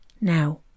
Now